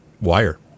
wire